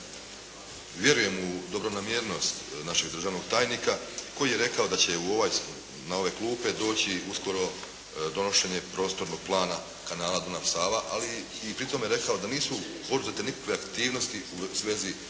Vjerujem u dobro namjernost našeg državnog tajnika koji je rekao da će na ove klupe doći uskoro donošenje prostornog plana kanala Dunav-Sava, ali i pri tome rekao da nisu poduzete nikakve aktivnosti u svezi